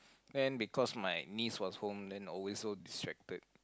and because my niece was home then always so distracted